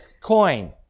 coin